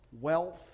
wealth